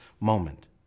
moment